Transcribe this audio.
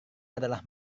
adalah